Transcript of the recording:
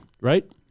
Right